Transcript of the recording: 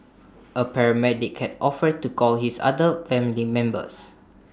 A paramedic had offered to call his other family members